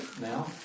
now